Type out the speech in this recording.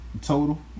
Total